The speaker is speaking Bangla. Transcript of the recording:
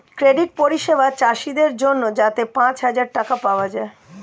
ক্রেডিট পরিষেবা চাষীদের জন্যে যাতে পাঁচ হাজার টাকা পাওয়া যায়